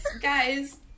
guys